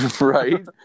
right